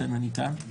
לכן אני כאן.